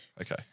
Okay